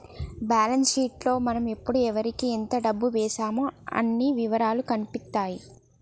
balance sheet లో మనం ఎప్పుడు ఎవరికీ ఎంత డబ్బు వేశామో అన్ని ఇవరాలూ కనిపిత్తాయి